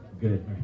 Good